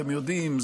אתם יודעים,